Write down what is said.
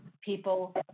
people